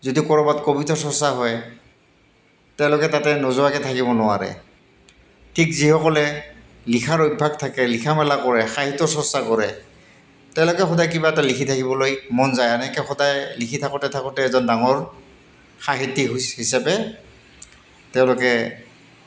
যদি ক'ৰবাত কবিতাৰ চৰ্চা হয় তেওঁলোকে তাতে নোযোৱাকৈ থাকিব নোৱাৰে ঠিক যিসকলে লিখাৰ অভ্যাস থাকে লিখা মেলা কৰে সাহিত্য চৰ্চা কৰে তেওঁলোকে সদায় কিবা এটা লিখি থাকিবলৈ মন যায় এনেকৈ সদায় লিখি থাকোঁতে থাকোঁতে এজন ডাঙৰ সাহিত্যিক হিচাপে তেওঁলোকে